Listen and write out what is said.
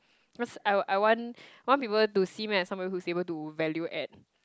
cause I want I want want people to see me as some people who is able to value at